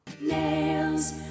Nails